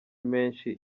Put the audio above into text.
menshi